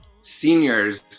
seniors